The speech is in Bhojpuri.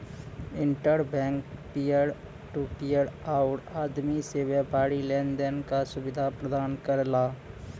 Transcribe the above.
inter bank peer to peer आउर आदमी से व्यापारी लेन देन क सुविधा प्रदान करला